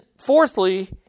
fourthly